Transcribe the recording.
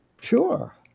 sure